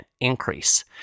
increase